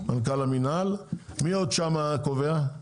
מי עוד שם קובע?